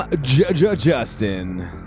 justin